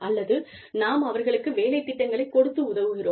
அல்லது நாம் அவர்களுக்கு வேலைத் திட்டங்களைக் கொடுத்து உதவுகிறோம்